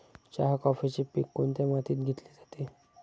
चहा, कॉफीचे पीक कोणत्या मातीत घेतले जाते?